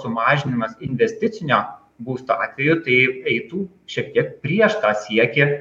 sumažinimas investicinio būsto atveju tai eitų šiek tiek prieš tą siekį